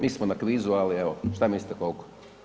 Nismo na kvizu, ali evo, šta mislite koliko?